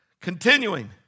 continuing